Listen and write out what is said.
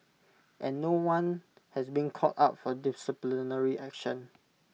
and no one has been called up for disciplinary action